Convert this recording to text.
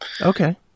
Okay